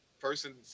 person